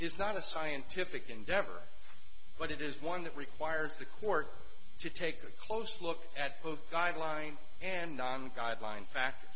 is not a scientific endeavor but it is one that requires the court to take a close look at both guideline and i'm guideline fact